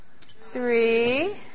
three